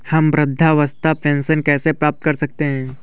हम वृद्धावस्था पेंशन कैसे प्राप्त कर सकते हैं?